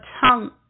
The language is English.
tongue